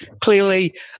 clearly